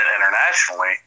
internationally